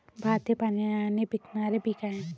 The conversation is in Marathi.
भात हे पाण्याने पिकणारे पीक आहे